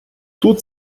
тут